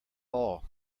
all